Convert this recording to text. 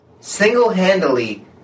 single-handedly